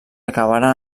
acabaren